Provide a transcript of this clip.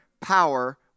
power